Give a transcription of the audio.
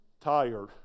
tired